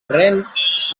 rennes